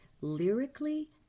lyrically